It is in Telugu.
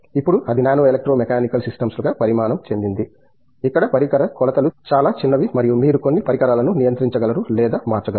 ఇప్పుడు అది నానో ఎలక్ట్రో మెకానికల్ సిస్టమ్లుగా పరిణామం చెందింది ఇక్కడ పరికర కొలతలు చాలా చిన్నవి మరియు మీరు కొన్ని పరికరాలను నియంత్రించగలరు లేదా మార్చగలరు